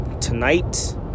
tonight